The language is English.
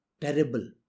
terrible